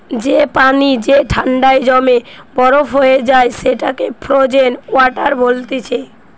যে পানি যে ঠান্ডায় জমে বরফ হয়ে যায় সেটাকে ফ্রোজেন ওয়াটার বলতিছে